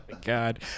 God